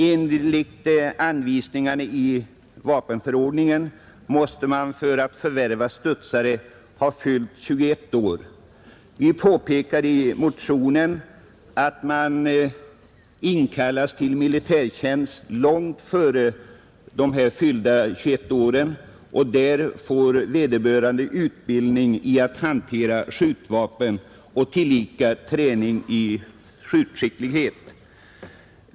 Enligt anvisningarna i vapenförordningen måste man för att förvärva studsare ha fyllt 21 år. Vi påpekar i motionen att man inkallas till militärtjänst långt före fyllda 21 år. Där får vederbörande utbildning i att hantera skjutvapen och tillika träning i skjutning.